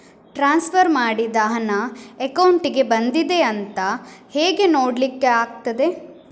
Transfer ಮಾಡಿದ ಹಣ ಅಕೌಂಟಿಗೆ ಬಂದಿದೆ ಅಂತ ಹೇಗೆ ನೋಡ್ಲಿಕ್ಕೆ ಆಗ್ತದೆ?